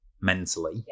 mentally